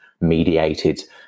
mediated